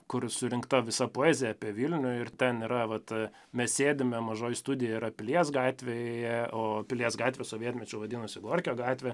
kur surinkta visa poezija apie vilniuje ir ten yra vat mes sėdime mažoji studija yra pilies gatvėje o pilies gatvė sovietmečiu vadinosi gorkio gatvė